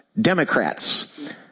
Democrats